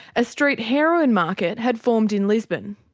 a street heroin market had formed in lisbon.